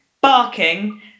barking